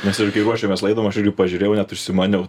mes ir kai ruošėmės laidai aš irgi pažiūrėjau net užsimaniau